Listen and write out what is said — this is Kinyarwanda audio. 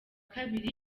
kabiri